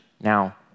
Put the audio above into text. Now